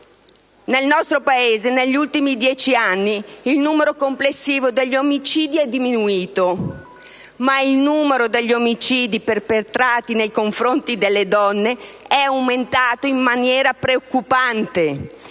Nel nostro Paese negli ultimi dieci anni il numero complessivo degli omicidi è diminuito, ma il numero degli omicidi perpetrati nei confronti delle donne è aumentato in maniera preoccupante